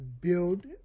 build